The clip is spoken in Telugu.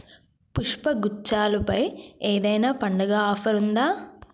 పుష్పగుచ్చాలు పై ఏదైనా పండుగ ఆఫర్ ఉందా